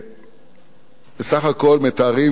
בסך הכול מתארים,